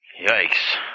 Yikes